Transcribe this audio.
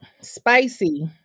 Spicy